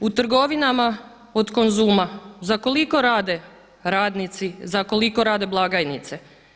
U trgovinama od Konzuma za koliko rade radnici, za koliko rade blagajnice?